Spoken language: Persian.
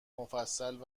مفصل